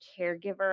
caregiver